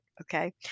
okay